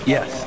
Yes